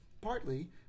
partly